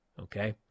Okay